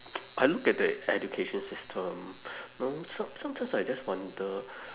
I look at the education system know some~ sometimes I just wonder